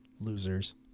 losers